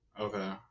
Okay